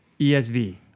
ESV